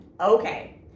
Okay